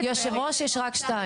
יושב ראש יש רק שתיים.